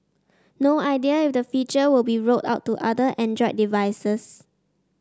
no idea if the feature will be rolled out to other Android devices